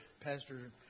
Pastor